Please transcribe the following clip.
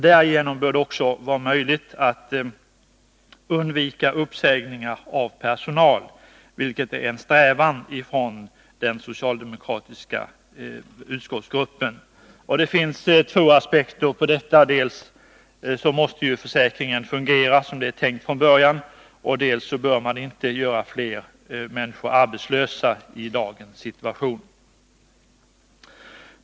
Därigenom bör det också vara möjligt att undvika uppsägningar av personal, vilket är en strävan från den socialdemokratiska utskottsgruppen. Det finns två aspekter på detta. Dels måste ju försäkringen fungera som det är tänkt från början, dels bör man inte göra fler människor arbetslösa i dagens situation.